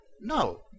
no